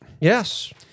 Yes